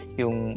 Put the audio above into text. yung